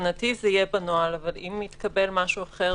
להבנתי, זה יהיה בנוהל, אבל אם יתקבל משהו אחר